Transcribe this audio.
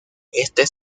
este